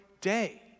day